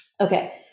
Okay